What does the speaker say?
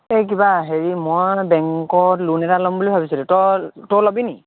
এই কিবা হেৰি মই বেংকৰ লোণ এটা ল'ম বুলি ভাবিছিলোঁ তই তয়ো ল'বি নি